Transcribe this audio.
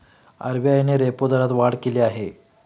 RBI ने repo दरात वाढ केली आहे